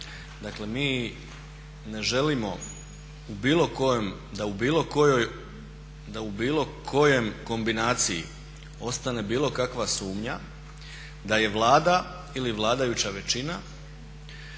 Dakle mi ne želimo da u bilo kojem kombinaciji ostane bilo kakva sumnja da je Vlada ili vladajuća većina